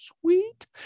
sweet